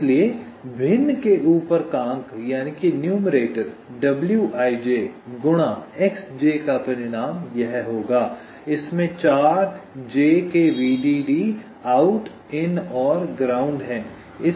इसलिए भिन्न के ऊपर का अंक wij गुणा xj का परिणाम यह होगा इसमें चार j के vdd आउट इन और ग्राउंड हैं